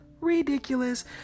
ridiculous